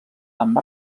amb